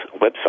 website